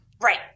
Right